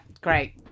great